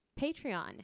Patreon